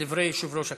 דברי יושב-ראש הכנסת.